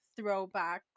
throwbacks